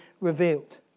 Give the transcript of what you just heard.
revealed